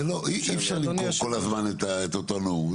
אי אפשר לנאום כל הזמן את אותו נאום,